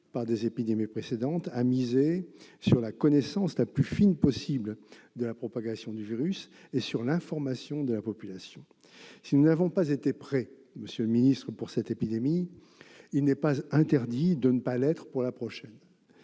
par des épidémies précédentes, a misé sur la connaissance la plus fine possible de la propagation du virus et sur l'information de la population. Si nous n'avons pas été prêts, monsieur le secrétaire d'État, pour cette épidémie, il n'est pas interdit de l'être pour la prochaine